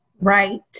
right